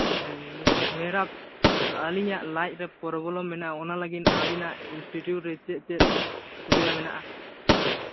hello ᱢᱮᱨᱟ ᱟᱹᱞᱤᱧᱟᱜ ᱞᱟᱡ ᱨᱮ ᱯᱨᱚᱵᱞᱮᱢ ᱢᱮᱱᱟᱜᱼᱟ ᱚᱱᱟ ᱞᱟᱹᱜᱤᱫ ᱟᱹᱵᱤᱱᱟᱜ ᱤᱱᱥᱴᱤᱴᱤᱭᱩᱴ ᱨᱮ ᱪᱮᱫ ᱪᱮᱫ ᱥᱩᱵᱤᱫᱷᱟ ᱢᱮᱱᱟᱜᱼᱟ